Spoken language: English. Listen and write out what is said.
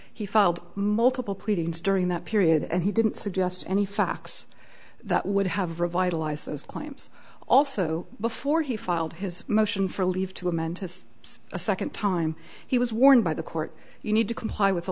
he filed multiple pleadings during that period and he didn't suggest any facts that would have revitalized those claims also before he filed his motion for leave to amend his a second time he was warned by the court you need to comply